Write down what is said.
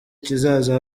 kizaza